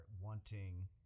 wanting